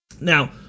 Now